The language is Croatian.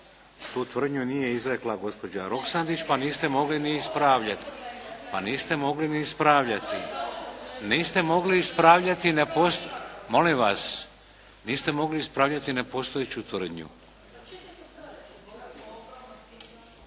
Tu tvrdnju nije izrekla gospođa Roksandić, pa niste mogli ni ispravljati. … /Upadica se ne čuje./ … Niste mogli ispravljati. Niste mogli ispravljati neposto …